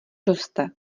roste